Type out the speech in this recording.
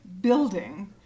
building